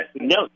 No